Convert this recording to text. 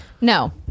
No